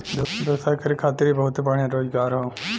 व्यवसाय करे खातिर इ बहुते बढ़िया रोजगार हौ